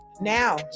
Now